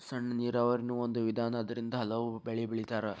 ಸಣ್ಣ ನೇರಾವರಿನು ಒಂದ ವಿಧಾನಾ ಅದರಿಂದ ಹಲವು ಬೆಳಿ ಬೆಳಿತಾರ